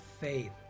faith